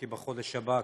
כי בחודש הבא,